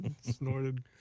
Snorted